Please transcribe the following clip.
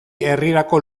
herrirako